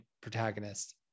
protagonist